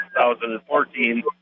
2014